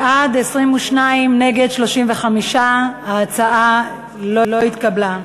בעד, 22, נגד, 35. ההצעה לא התקבלה.